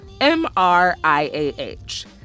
M-R-I-A-H